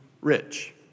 rich